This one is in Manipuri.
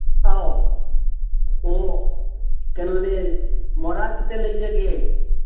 ꯑꯧ ꯑꯣ ꯀꯩꯅꯣꯅꯦ ꯃꯣꯔꯥ ꯈꯤꯇꯪ ꯂꯩꯖꯒꯦ